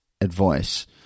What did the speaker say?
advice